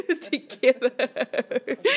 together